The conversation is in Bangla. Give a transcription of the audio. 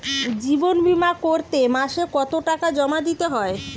জীবন বিমা করতে মাসে কতো টাকা জমা দিতে হয়?